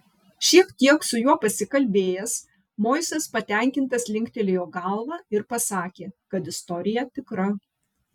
šiek tiek su juo pasikalbėjęs moisas patenkintas linktelėjo galva ir pasakė kad istorija tikra